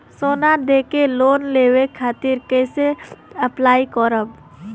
सोना देके लोन लेवे खातिर कैसे अप्लाई करम?